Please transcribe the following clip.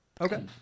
Okay